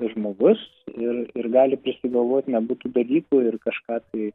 žmogus ir ir gali prisigalvoti nebūtų dalykų ir kažką tai